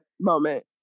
moment